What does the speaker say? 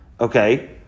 okay